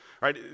right